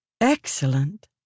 Excellent